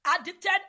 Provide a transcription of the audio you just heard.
addicted